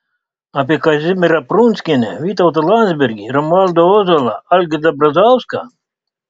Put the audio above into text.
apie kazimierą prunskienę vytautą landsbergį romualdą ozolą algirdą brazauską